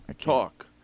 talk